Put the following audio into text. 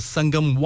Sangam